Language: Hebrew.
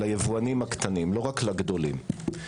ליבואנים הקטנים, לא רק לגדולים.